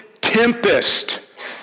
tempest